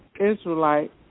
Israelite